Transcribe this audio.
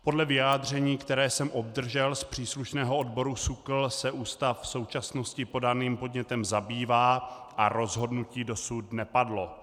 Podle vyjádření, které jsem obdržel z příslušného odboru SÚKLu, se ústav v současnosti podaným podnětem zabývá a rozhodnutí dosud nepadlo.